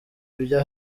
ibya